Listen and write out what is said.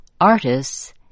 artists